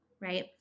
right